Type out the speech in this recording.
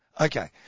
okay